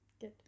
Good